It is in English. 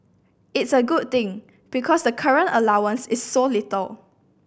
it's a good thing because the current allowance is so little